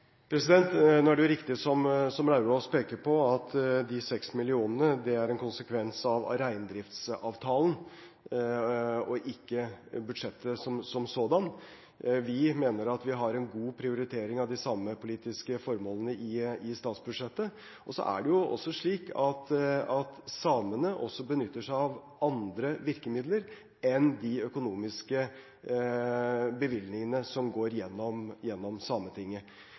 Det er riktig som representanten Lauvås peker på, at de 6 mill. kr er en konsekvens av reindriftsavtalen, ikke budsjettet som sådan. Vi mener at vi har en god prioritering av de samepolitiske formålene i statsbudsjettet. Det er også slik at samene benytter seg av andre virkemidler enn de økonomiske bevilgningene som går gjennom Sametinget. Det handler om samferdsel, om utdanning og om tiltak gjennom